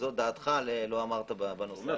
לא אמרת את דעתך בנושא.